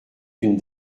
une